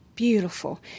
Beautiful